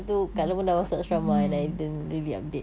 mm mmhmm